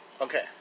Okay